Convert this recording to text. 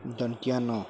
দন্তীয়া ন